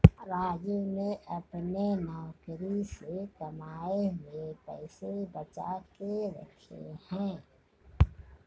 राजू ने अपने नौकरी से कमाए हुए पैसे बचा के रखे हैं